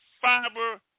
fiber